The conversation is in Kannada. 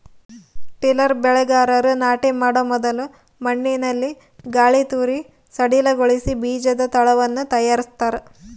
ಟಿಲ್ಲರ್ ಬೆಳೆಗಾರರು ನಾಟಿ ಮಾಡೊ ಮೊದಲು ಮಣ್ಣಿನಲ್ಲಿ ಗಾಳಿತೂರಿ ಸಡಿಲಗೊಳಿಸಿ ಬೀಜದ ತಳವನ್ನು ತಯಾರಿಸ್ತದ